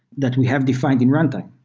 that we have defined in runtime.